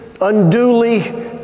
unduly